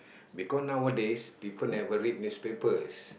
because nowadays people never read newspapers